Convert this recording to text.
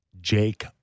Jake